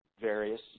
various